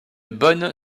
bonne